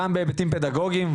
גם בהיבטים פדגוגיים,